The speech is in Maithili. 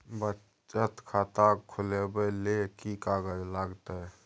बचत खाता खुलैबै ले कि की कागज लागतै?